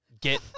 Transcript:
Get